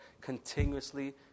continuously